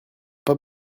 pas